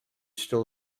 still